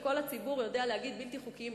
שכל הציבור יודע להגיד "בלתי חוקיים,